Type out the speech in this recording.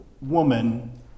woman